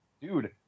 Dude